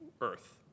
earth